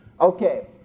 Okay